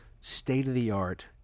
state-of-the-art